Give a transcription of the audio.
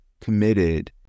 committed